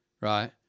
right